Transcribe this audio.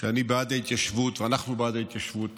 שאני בעד ההתיישבות ואנחנו בעד ההתיישבות